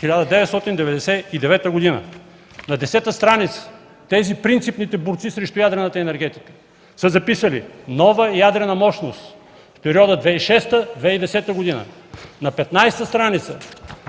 1999 г. На 10-та страница тези принципните борци срещу ядрената енергетика са записали: „Нова ядрена мощност – в периода 2006-2010 г.”, на 15 та страница